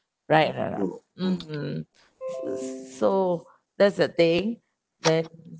right mmhmm so that's the thing then